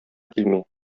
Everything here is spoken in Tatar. килми